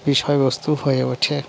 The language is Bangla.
বিষয়বস্তু হয়ে ওঠে